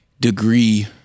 degree